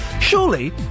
Surely